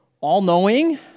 all-knowing